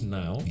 now